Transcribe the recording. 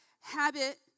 habit